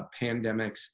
pandemics